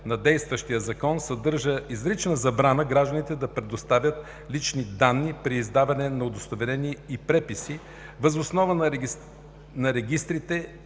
на действащия закон съдържа изрична забрана гражданите да предоставят лични данни при издаване на удостоверения и преписи въз основа на регистрите